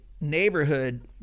neighborhood